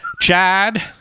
chad